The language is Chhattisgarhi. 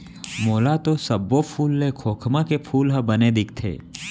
मोला तो सब्बो फूल ले खोखमा के फूल ह बने दिखथे